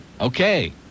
Okay